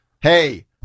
hey